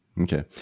Okay